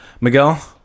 Miguel